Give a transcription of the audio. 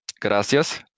Gracias